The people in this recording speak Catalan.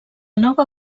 nova